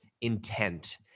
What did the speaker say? intent